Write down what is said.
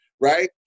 right